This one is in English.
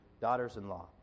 daughters-in-law